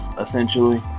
essentially